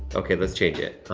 okay, let's change it,